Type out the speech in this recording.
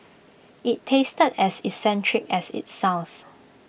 IT tasted as eccentric as IT sounds